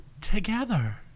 together